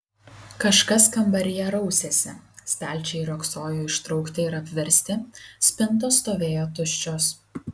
kažkas kambaryje rausėsi stalčiai riogsojo ištraukti ir apversti spintos stovėjo tuščios